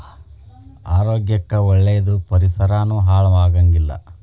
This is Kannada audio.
ಆರೋಗ್ಯ ಕ್ಕ ಒಳ್ಳೇದ ಪರಿಸರಾನು ಹಾಳ ಆಗಂಗಿಲ್ಲಾ